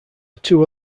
two